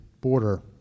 border